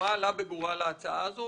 מה עלה בגורל ההצעה הזאת,